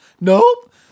Nope